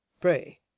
pray